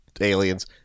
aliens